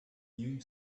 new